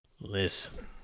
Listen